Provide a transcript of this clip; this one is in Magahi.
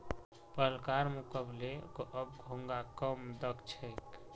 पहलकार मुकबले अब घोंघा कम दख छि